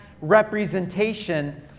representation